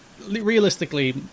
realistically